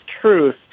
truth